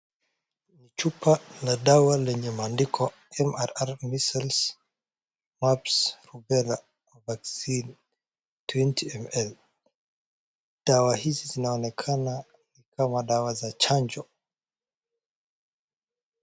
Chupa la dawa lenye mandiko MMR, measels, mumps, rubela vaaccine twenty ml .Dawa hizi zinaonekana kama dawa za chanjo.